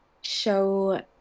show